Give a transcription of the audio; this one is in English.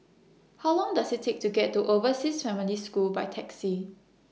How Long Does IT Take to get to Overseas Family School By Taxi